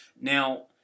Now